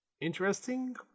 interesting